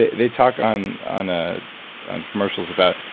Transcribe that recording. they talk on on a commercials about,